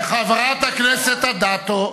חברת הכנסת אדטו.